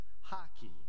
hockey